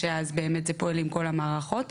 שאז זה פועל עם כל המערכות,